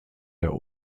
der